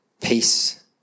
peace